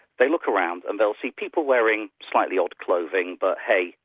they look around, and they'll see people wearing slightly odd clothing, but hey,